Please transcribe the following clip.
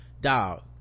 Dog